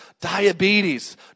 diabetes